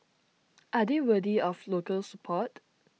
are they worthy of local support